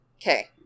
okay